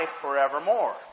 forevermore